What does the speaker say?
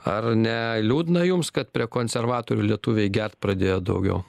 ar ne liūdna jums kad prie konservatorių lietuviai gert pradėjo daugiau